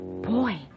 Boy